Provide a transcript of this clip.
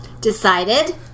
decided